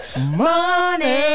Money